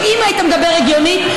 אם היית מדבר הגיונית,